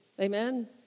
Amen